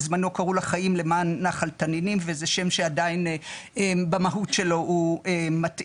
בזמנו קראו לה חיים למען נחל תנינים וזה שם שעדיין במהות שלו הוא מתאים.